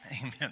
Amen